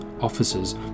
officers